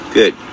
Good